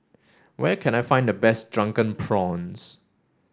where can I find the best drunken prawns